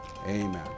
Amen